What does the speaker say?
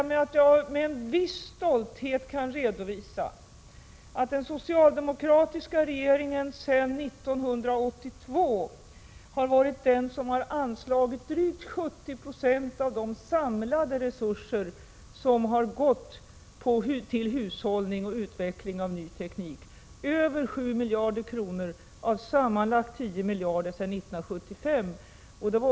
Med en viss stolthet kan jag redovisa att den socialdemokratiska regeringen sedan 1982 har anslagit drygt 70 96 av de samlade resurser som har gått till hushållning och utveckling av ny teknik — över 7 miljarder kronor av sammanlagt 10 miljarder sedan 1975.